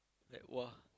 like !wah!